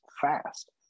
fast